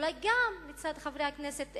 אולי גם מצד חברי הכנסת